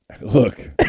Look